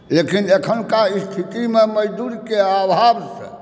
लेकिन एखुनका स्थितिमे मजदूरके अभावसँ